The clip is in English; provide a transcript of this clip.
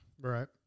Right